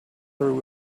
threw